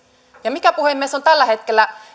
ja mikä puhemies on tällä hetkellä